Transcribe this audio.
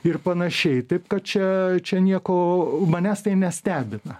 ir panašiai taip kad čia čia nieko manęs tai nestebina